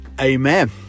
Amen